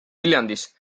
viljandis